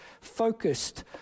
focused